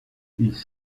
ils